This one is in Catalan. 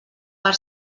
per